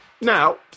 Now